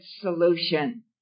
solution